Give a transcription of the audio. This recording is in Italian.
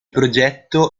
progetto